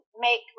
make